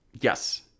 Yes